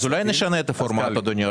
אולי נשנה את הפורמט, אדוני היושב-ראש?